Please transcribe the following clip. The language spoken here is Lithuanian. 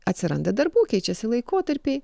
atsiranda darbų keičiasi laikotarpiai